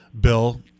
bill